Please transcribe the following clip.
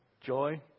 joy